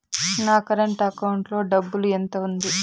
నా current account లో డబ్బులు ఎంత ఉంది?